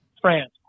France